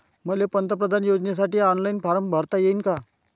मले पंतप्रधान योजनेसाठी ऑनलाईन फारम भरता येईन का?